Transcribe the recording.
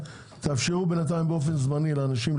תאפשרו לאנשים לעבוד בינתיים, באופן זמני.